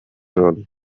roll